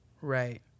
Right